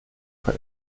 für